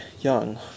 young